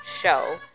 show